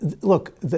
look